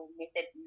method